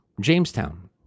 Jamestown